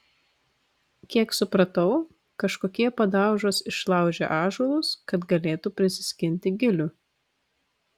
kiek supratau kažkokie padaužos išlaužė ąžuolus kad galėtų prisiskinti gilių